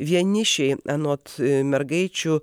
vienišiai anot mergaičių